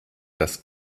das